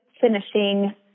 finishing